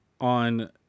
on